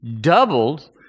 doubled